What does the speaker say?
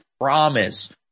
promise